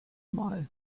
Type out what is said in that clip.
mal